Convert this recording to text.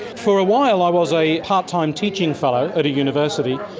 for a while i was a part-time teaching fellow at a university.